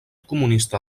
comunista